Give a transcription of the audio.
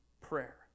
prayer